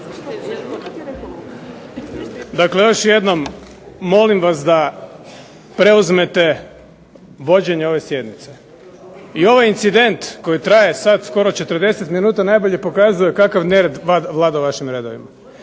Dakle još jednom molim vas da preuzmete vođenje ove sjednice. I ovaj incident koji traje sad skoro 40 minuta najbolje pokazuje kakav nered vlada u vašim redovima.